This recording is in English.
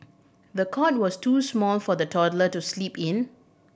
the cot was too small for the toddler to sleep in